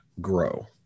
grow